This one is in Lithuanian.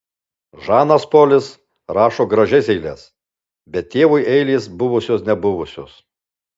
žanas polis rašo gražias eiles bet tėvui eilės buvusios nebuvusios